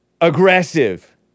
Aggressive